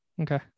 okay